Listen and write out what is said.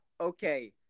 Okay